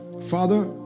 Father